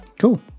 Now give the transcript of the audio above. cool